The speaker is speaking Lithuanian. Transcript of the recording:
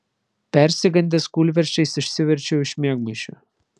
persigandęs kūlversčiais išsiverčiau iš miegmaišio